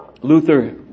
Luther